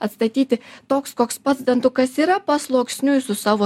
atstatyti toks koks pats dantukas yra pasluoksniui su savo spalvomis